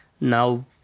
Now